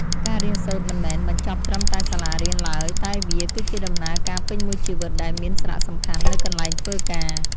ការរៀនសូត្រមិនមែនបញ្ចប់ត្រឹមតែសាលារៀនឡើយតែវា គឺជាដំណើរការពេញមួយជីវិតដែលមានសារៈសំខាន់នៅកន្លែងធ្វើការ។